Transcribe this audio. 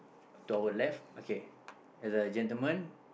to our left okay there's a gentleman